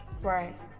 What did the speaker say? right